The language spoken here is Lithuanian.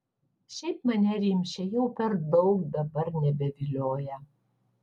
šiaip mane rimšė jau per daug dabar nebevilioja